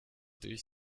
durch